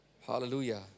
Hallelujah